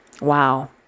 Wow